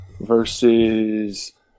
versus